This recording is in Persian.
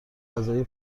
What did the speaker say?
غذایی